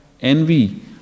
envy